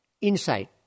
insight